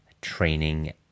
training